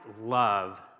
love